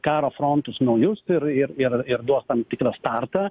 karo frontus naujus ir ir ir ir duos tam tikrą startą